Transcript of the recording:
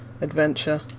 adventure